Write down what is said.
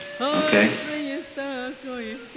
okay